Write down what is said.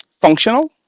functional